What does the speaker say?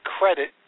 credit